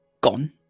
Gone